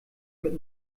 mit